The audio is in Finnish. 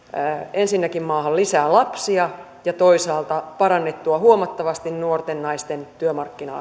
ensinnäkin maahan lisää lapsia ja toisaalta parannettua huomattavasti nuorten naisten työmarkkina